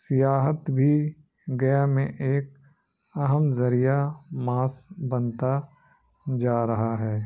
سیاحت بھی گیا میں ایک اہم ذریعہ ماس بنتا جا رہا ہے